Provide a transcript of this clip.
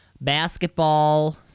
basketball